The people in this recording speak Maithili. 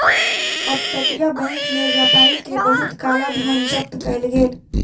अप तटीय बैंक में व्यापारी के बहुत काला धन जब्त कएल गेल